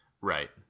Right